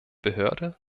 behörde